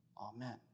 Amen